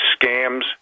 scams